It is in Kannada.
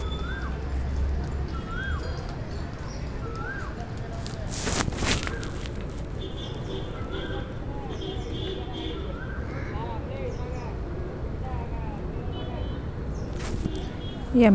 ಎಮ್ಮೆ ಹಾಲಿನಲ್ಲಿರೋ ಅಂಶಗಳು ಮತ್ತ ಹಸು ಹಾಲಿನಲ್ಲಿರೋ ಅಂಶಗಳಿಗಿಂತ ಹ್ಯಾಂಗ ಭಿನ್ನ ಅದಾವ್ರಿ?